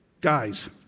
guys